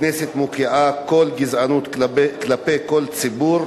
הכנסת מוקיעה כל גזענות כלפי כל ציבור,